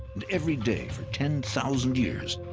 and every day for ten thousand years,